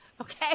Okay